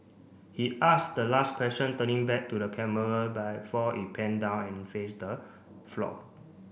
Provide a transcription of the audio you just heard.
he asks the last question turning back to the camera before it pan down and face the floor